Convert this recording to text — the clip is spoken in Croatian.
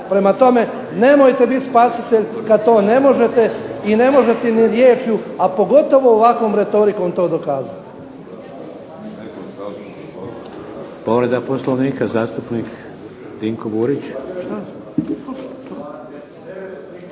Prema tome, nemojte biti spasitelj kad to ne možete i ne možete ni riječju, a pogotovo ovakvom retorikom to dokazati. **Šeks, Vladimir (HDZ)** Povreda Poslovnika zastupnik Dinko Burić.